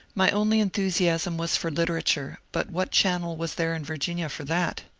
my only enthusiasm was for literature, but what channel was there in virginia for that?